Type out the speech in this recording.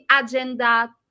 agenda